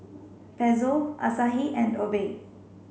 Pezzo Asahi and Obey